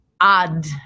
add